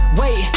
Wait